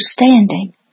understanding